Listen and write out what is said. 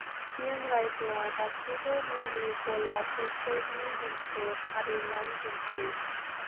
सिक्किम रायजोआव गासैबो मुलि गलाफोरनि मोनसे फारिलाइ दिन्थि